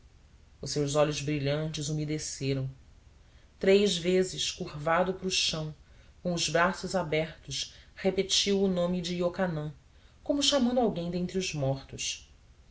os seus olhos brilhantes umedeceram três vezes curvado para o chão com os braços abertos repetiu o nome de iocanã como chamando alguém dentre os mortos